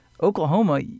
Oklahoma